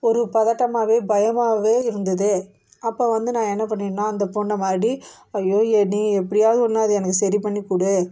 ஒரு பதட்டமாகவே பயமாவே இருந்துது அப்போ வந்து நான் என்ன பண்ணிட்டேனா அந்த பொண்ணை மறுபடி அய்யோ எப்படி எப்படியாவுது ஒன்று அது எனக்கு சரி பண்ணி கொடு